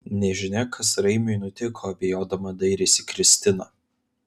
nežinia kas raimiui nutiko abejodama dairėsi kristina